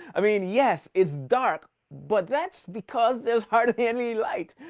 i mean, yes, it's dark, but that's because there's hardly any light.